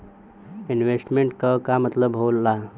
Investment क का मतलब हो ला?